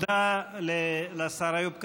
תודה לשר איוב קרא.